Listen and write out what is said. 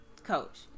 coach